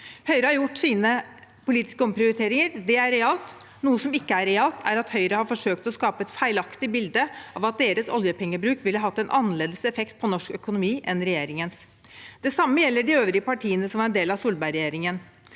Høyre har gjort sine politiske omprioriteringer. Det er realt. Noe som ikke er realt, er at Høyre har forsøkt å skape et feilaktig bilde av at deres oljepengebruk ville hatt en annerledes effekt på norsk økonomi enn regjeringens. Det samme gjelder de øvrige partiene som var en